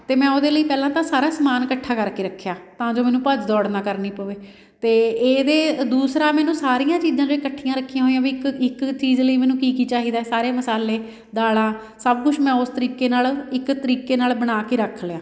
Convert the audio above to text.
ਅਤੇ ਮੈਂ ਉਹਦੇ ਲਈ ਪਹਿਲਾਂ ਤਾਂ ਸਾਰਾ ਸਮਾਨ ਇਕੱਠਾ ਕਰਕੇ ਰੱਖਿਆ ਤਾਂ ਜੋ ਮੈਨੂੰ ਭੱਜ ਦੌੜ ਨਾ ਕਰਨੀ ਪਵੇ ਅਤੇ ਇਹਦੇ ਦੂਸਰਾ ਮੈਨੂੰ ਸਾਰੀਆਂ ਚੀਜ਼ਾਂ ਇਕੱਠੀਆਂ ਰੱਖੀਆਂ ਹੋਈਆਂ ਵੀ ਇੱਕ ਇੱਕ ਚੀਜ਼ ਲਈ ਮੈਨੂੰ ਕੀ ਕੀ ਚਾਹੀਦਾ ਸਾਰੇ ਮਸਾਲੇ ਦਾਲਾਂ ਸਭ ਕੁਛ ਮੈਂ ਉਸ ਤਰੀਕੇ ਨਾਲ ਇੱਕ ਤਰੀਕੇ ਨਾਲ ਬਣਾ ਕੇ ਰੱਖ ਲਿਆ